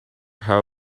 how